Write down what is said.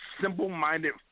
simple-minded